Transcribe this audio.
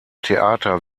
theater